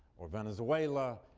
or venezuela,